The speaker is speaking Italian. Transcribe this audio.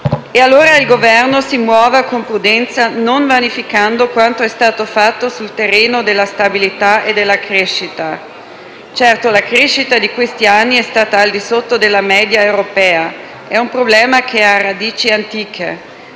europea. Il Governo si muova, allora, con prudenza, non vanificando quanto è stato fatto sul terreno della stabilità e della crescita. Certo, la crescita di questi anni è stata al di sotto della media europea. È un problema che ha radici antiche: